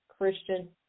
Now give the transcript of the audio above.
Christian